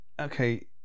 Okay